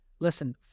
Listen